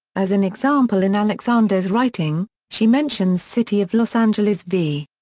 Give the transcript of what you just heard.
as an example in alexander's writing, she mentions city of los angeles v.